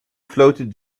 floated